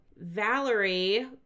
Valerie